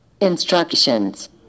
Instructions